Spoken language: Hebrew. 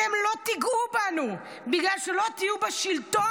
"אתם לא תיגעו בנו, בגלל שלא תהיו בשלטון,